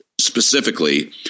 specifically